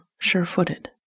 sure-footed